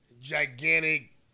gigantic